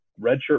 redshirt